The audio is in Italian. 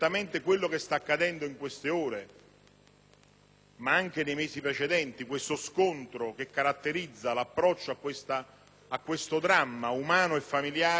ma anche nei mesi precedenti, lo scontro che caratterizza l'approccio a questo dramma umano e familiare non ci aiuta a riflettere.